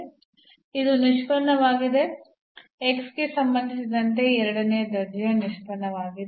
ಇದು ನಿಷ್ಪನ್ನವಾಗಿದೆ ಗೆ ಸಂಬಂಧಿಸಿದಂತೆ ಎರಡನೇ ದರ್ಜೆಯ ನಿಷ್ಪನ್ನವಾಗಿದೆ